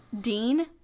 Dean